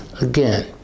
Again